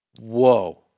whoa